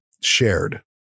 shared